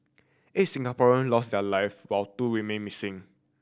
eight Singaporean lost their live while two remain missing